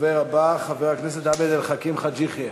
הדובר הבא, חבר הכנסת עבד אל חכים חאג' יחיא.